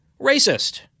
racist